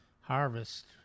harvest